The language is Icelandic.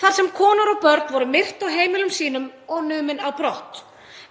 þar sem konur og börn voru myrt á heimilum sínum og numin á brott.